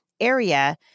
area